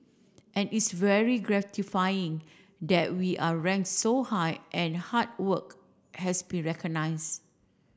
and it's very gratifying that we are rank so high and hard work has been recognize